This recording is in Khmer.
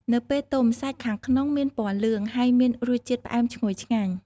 នៅពេលទុំ សាច់ខាងក្នុងមានពណ៌លឿង ហើយមានរសជាតិផ្អែមឈ្ងុយឆ្ងាញ់។